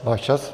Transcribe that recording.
Váš čas.